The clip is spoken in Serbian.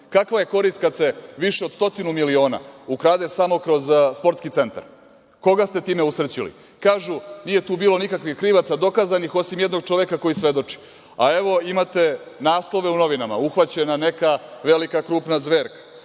Kakva je korist kada se više od stotinu miliona ukrade samo kroz sportski centar? Koga ste time usrećili? Kažu - nije tu bilo nikakvih krivaca dokazanih, osim jednog čoveka koji svedoči. Evo, imate naslove u novinama – uhvaćena neka velika krupna zverka,